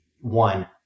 one